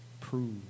Prove